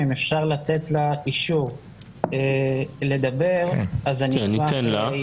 אם אפשר לתת לה אישור לדבר, אז אני אשמח.